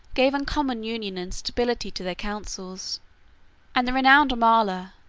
gave uncommon union and stability to their councils and the renowned amala,